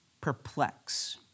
perplex